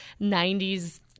90s